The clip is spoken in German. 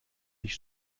sich